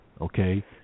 okay